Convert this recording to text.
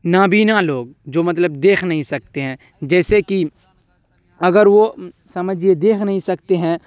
نابینا لوگ جو مطلب دیکھ نہیں سکتے ہیں جیسے کہ اگر وہ سمجھیے دیکھ نہیں سکتے ہیں